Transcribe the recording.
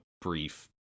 brief